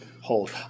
hold